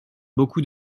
beaucoup